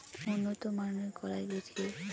উন্নত মানের কলাই বীজ কি?